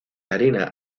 harina